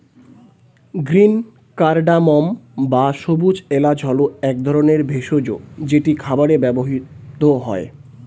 green cardamom বা সবুজ এলাচ হল এক ধরনের ভেষজ যেটি খাবারে ব্যবহৃত হয়